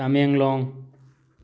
Tamenglong